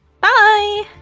Bye